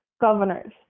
governors